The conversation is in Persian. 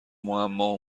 معما